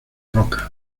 rocas